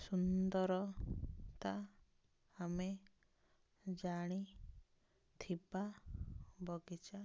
ସୁନ୍ଦରତା ଆମେ ଜାଣିଥିବା ବଗିଚା